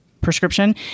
prescription